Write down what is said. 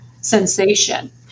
sensation